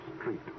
street